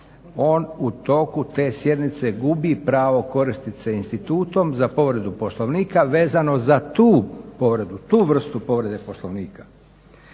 on u toku te sjednice gubi pravo koristit se institutom za povredu Poslovnika vezano za tu povredu, tu vrstu povrede Poslovnika.